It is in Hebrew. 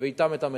ואתם את המחירים,